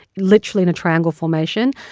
literally in a triangle formation,